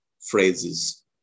phrases